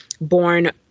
born